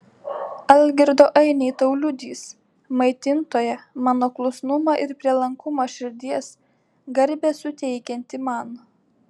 algirdo ainiai tau liudys maitintoja mano klusnumą ir prielankumą širdies garbę suteikiantį man